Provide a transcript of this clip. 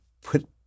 put